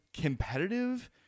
competitive